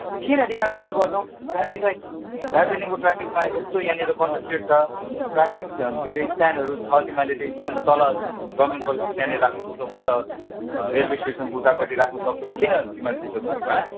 अन्त किन तिमीहरू त्यसो गर्छौ ट्राफिकलाई दार्जिलिङको ट्राफिकमा यस्तो यहाँनिर कन्जसटेड छ ट्राफिक के अरे स्ट्यान्डहरू छ तिमीहरूले त्यो स्ट्यान्डमा तल गभर्नमेन्ट कलेजको त्यहाँनिर राख्नुसक्छौ पर रेलवे स्टेसनको उतापट्टि राख्नु सक्छौ किन तिमीहरूले त्यसो गरेको हाँ